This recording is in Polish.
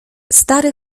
stary